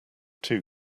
two